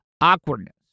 awkwardness